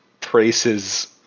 Trace's